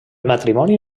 matrimoni